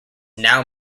now